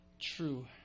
true